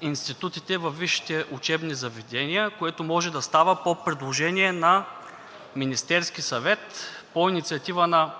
институтите във висшите учебни заведения, което може да става по предложение на Министерския съвет, по инициатива на